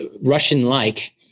Russian-like